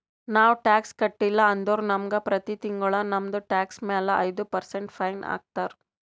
ನಾವು ಟ್ಯಾಕ್ಸ್ ಕಟ್ಟಿಲ್ಲ ಅಂದುರ್ ನಮುಗ ಪ್ರತಿ ತಿಂಗುಳ ನಮ್ದು ಟ್ಯಾಕ್ಸ್ ಮ್ಯಾಲ ಐಯ್ದ ಪರ್ಸೆಂಟ್ ಫೈನ್ ಹಾಕ್ತಾರ್